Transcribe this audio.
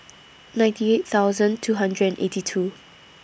ninety eight thousand two hundred and eighty two